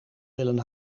willen